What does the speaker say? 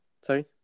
sorry